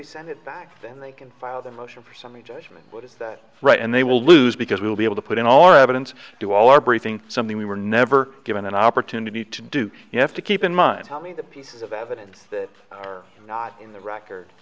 we send it back then they can file the motion for summary judgment is that right and they will lose because we will be able to put in all our evidence to all our briefing something we were never given an opportunity to do you have to keep in mind how many pieces of evidence that are not in the record